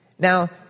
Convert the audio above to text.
Now